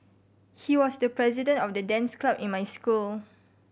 he was the president of the dance club in my school